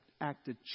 acted